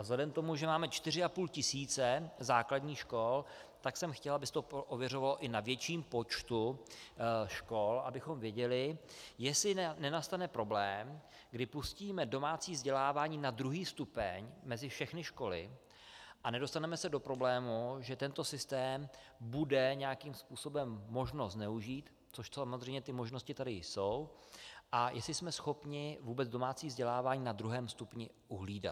Vzhledem k tomu, že máme čtyři a půl tisíce základních škol, tak jsem chtěl, aby se to ověřovalo i na větším počtu škol, abychom věděli, jestli nenastane problém, kdy pustíme domácí vzdělávání na druhý stupeň mezi všechny školy a nedostaneme se do problému, že tento systém bude nějakým způsobem možno zneužít, což samozřejmě ty možnosti tady jsou, a jestli jsme schopni vůbec domácí vzdělávání na druhém stupni uhlídat.